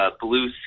Blue